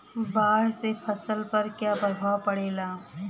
बाढ़ से फसल पर क्या प्रभाव पड़ेला?